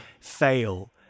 fail